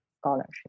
scholarship